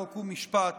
חוק ומשפט